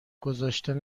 گذاشتن